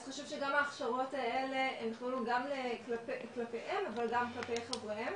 אז חושב שגם ההכשרות האלה הן יחולו גם כלפיהם אבל גם כלפי חבריהם,